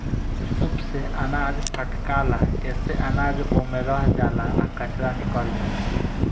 सूप से अनाज फटकाला एसे अनाज ओमे रह जाला आ कचरा निकल जाला